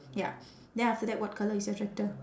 ya then after that what colour is your tractor